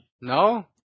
No